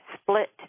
split